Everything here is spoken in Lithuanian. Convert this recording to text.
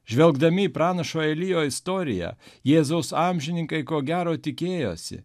žvelgdami į pranašo elijo istoriją jėzaus amžininkai ko gero tikėjosi